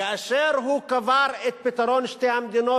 כאשר הוא קבר את פתרון שתי המדינות,